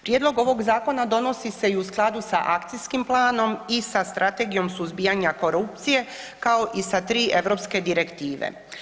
Prijedlog ovog zakona donosi se i u skladu sa akcijskim planom i sa strategijom suzbijanja korupcije kao i sa 3 europske direktive.